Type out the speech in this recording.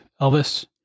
Elvis